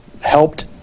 helped